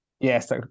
Yes